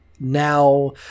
now